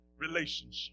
relationship